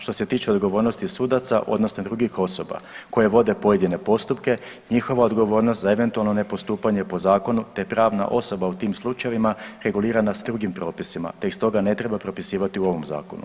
Što se tiče odgovornosti sudaca odnosno drugih osoba koje vode pojedine postupke, njihova odgovornost na eventualno ne postupanje po zakonu te pravna osoba u tim slučajevima regulirana su drugim propisima te ih stoga ne treba propisivati u ovom zakonu.